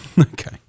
Okay